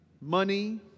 money